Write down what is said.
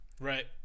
Right